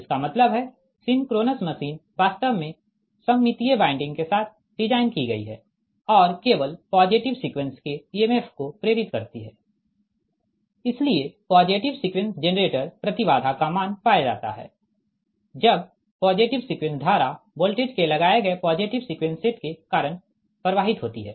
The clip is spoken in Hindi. इसका मतलब है सिंक्रोनस मशीन वास्तव में सममितीय वाइंडिंग के साथ डिज़ाइन की गई है और केवल पॉजिटिव सीक्वेंस के इएमएफ को प्रेरित करती है इसलिए पॉजिटिव सीक्वेंस जेनरेटर प्रति बाधा का मान पाया जाता है जब पॉजिटिव सीक्वेंस धारा वोल्टेज के लगाए गए पॉजिटिव सीक्वेंस सेट के कारण प्रवाहित होती है